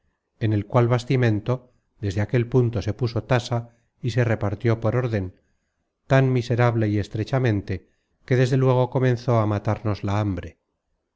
en el cual bastimento desde aquel punto se puso tasa y se repartió por órden tan miserable y estrechamente que desde luego comenzó á matarnos la hambre